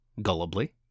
gullibly